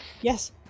Yes